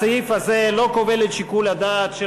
הסעיף הזה לא כובל את שיקול הדעת של